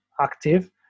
active